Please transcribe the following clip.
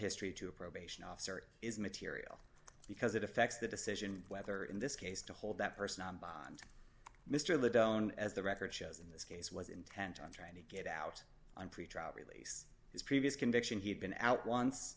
history to a probation officer is material because it affects the decision whether in this case to hold that person on bond mr lay down as the record shows in this case was intent on trying to get out on pretrial release his previous conviction he had been out once